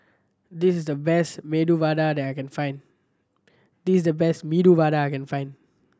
this is the best Medu Vada that I can find this is the best Medu Vada I can find